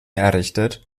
errichtet